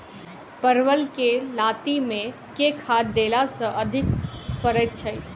परवल केँ लाती मे केँ खाद्य देला सँ अधिक फरैत छै?